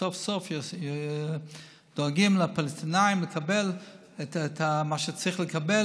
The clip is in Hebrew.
שסוף-סוף דואגים לפלסטינים לקבל את מה שצריך לקבל,